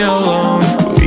alone